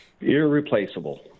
Irreplaceable